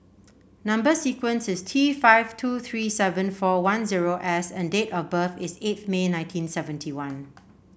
number sequence is T five two three seven four one zero S and date of birth is eighth May nineteen seventy one